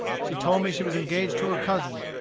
she told me she was engaged to her cousin,